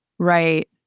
Right